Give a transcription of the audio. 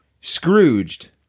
Scrooged